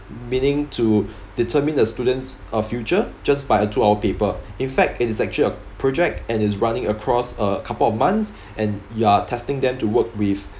meaning to determine the student's uh future just by a two hour paper in fact it is actually a project and is running across a couple of months and you are testing them to work with